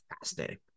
fascinating